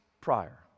prior